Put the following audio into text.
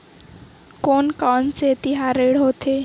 कोन कौन से तिहार ऋण होथे?